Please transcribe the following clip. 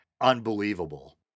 Unbelievable